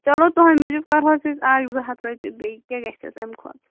چلو تُہٕنٛدِ موٗجوٗب کَرہوس أسۍ اکھ زٕ ہَتھ رۄپیہِ بیٚیہِ کیٛاہ گژھس اَمہِ کھۄتہٕ